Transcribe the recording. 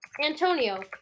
Antonio